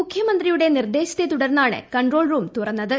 മുഖ്യമന്ത്രിയുടെ നിർദ്ദേശത്തെ തുടർന്നാണ് കൺട്രോൾ റൂം തുറന്നത്